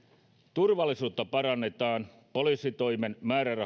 turvallisuutta parannetaan poliisitoimen